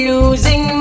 Losing